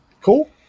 cool